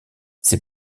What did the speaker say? ses